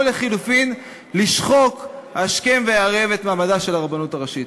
או שהיא לשחוק השכם והערב את מעמדה של הרבנות הראשית.